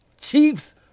Chiefs